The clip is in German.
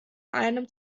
einem